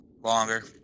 Longer